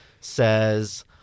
says